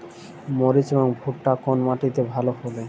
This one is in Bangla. মরিচ এবং ভুট্টা কোন মাটি তে ভালো ফলে?